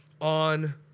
on